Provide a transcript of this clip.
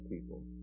people